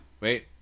Wait